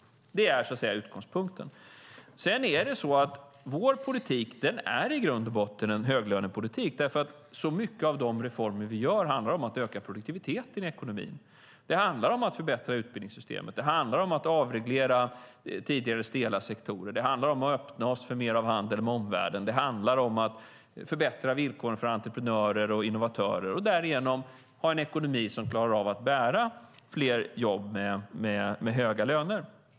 Det är utgångspunkten. Vår politik är i grund och botten en höglönepolitik. Många de reformer vi gör handlar om att öka produktiviteten i ekonomin. Det handlar om att förbättra utbildningssystemet. Det handlar om att avreglera tidigare stela sektorer. Det handlar om att öppna oss för mer av handel med omvärlden. Det handlar om förbättra villkoren för entreprenörer och innovatörer och därigenom ha en ekonomi som klarar av att bära fler jobb med höga löner.